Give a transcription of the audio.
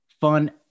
fun